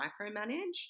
micromanage